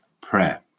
prayer